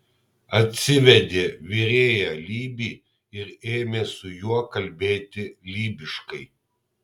atsivedė virėją lybį ir ėmė su juo kalbėti lybiškai